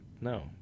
no